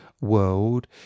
world